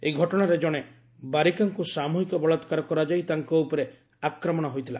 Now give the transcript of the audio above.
ଏହି ଘଟଣାରେ ଜଣେ ବାରିକାଙ୍କୁ ସାମହିକ ବଳାକାର କରାଯାଇ ତାଙ୍କ ଉପରେ ଆକ୍ରମଣ ହୋଇଥିଲା